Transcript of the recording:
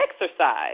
exercise